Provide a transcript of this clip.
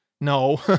No